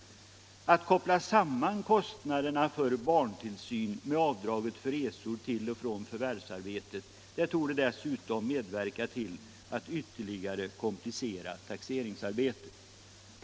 Att koppla samman kostnaderna för barntillsyn med avdraget för resor till och från förvärvsarbetet torde dessutom medverka till att ytterligare komplicera taxeringsarbetet.